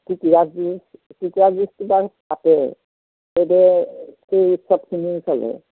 কুকুৰা যুঁজ কুকুৰা যুঁজটো বাৰু পাতে